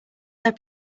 their